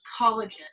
collagen